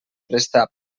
prestar